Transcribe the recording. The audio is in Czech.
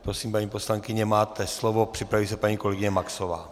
Prosím, paní poslankyně, máte slovo, připraví se paní kolegyně Maxová.